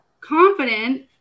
confident